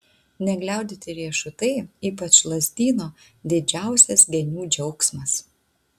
negliaudyti riešutai ypač lazdyno didžiausias genių džiaugsmas